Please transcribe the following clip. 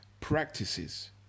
practices